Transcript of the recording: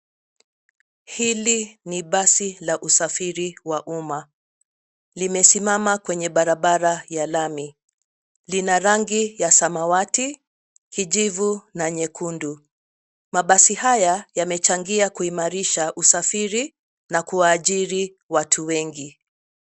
Hili ni basi la usafiri wa umma. Limesimama kwenye barabara ya lami. Lina rangi ya samawati, kijivu na nyekundu. Mabasi haya yamechangia kuimarisha usafiri na kuajiri watu wengi.